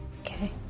Okay